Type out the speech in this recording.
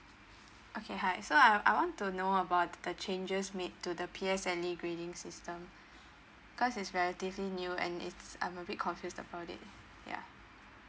okay hi so I I want to know about the changes made to the P_S_L_E grading system cause is relatively new and it's I'm a bit confused about it ya